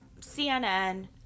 CNN